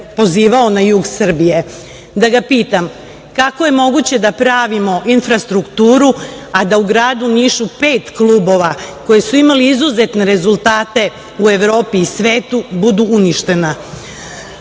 pozivao na jug Srbije, da ga pitam, kako je moguće da pravimo infrastrukturu a da u gradu Nišu imamo pet klubova koji su imali izuzetne rezultate u Evropi i svetu i budu uništena? Kako